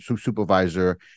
supervisor